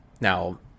Now